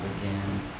again